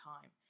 time